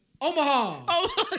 Omaha